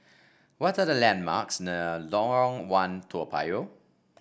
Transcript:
what are the landmarks near Lorong One Toa Payoh